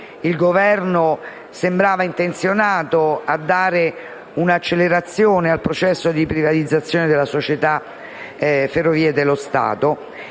il Governo sembrava intenzionato a dare un'accelerazione al processo di privatizzazione della società Ferrovie dello Stato,